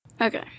Okay